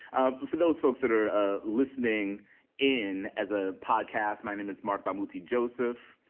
for those folks that are ah listening in as a podcast, my name is marc bamuthi joseph,